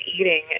eating